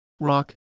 rock